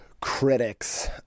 critics